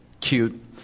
cute